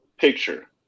picture